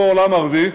אותו עולם ערבי,